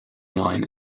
line